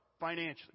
financially